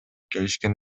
келишкен